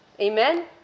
Amen